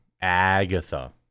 Agatha